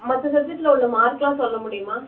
மற்ற சப்ஜக்ட்டில் உள்ள மார்க்லாம் சொல்ல முடியுமா